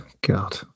God